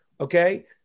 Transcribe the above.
okay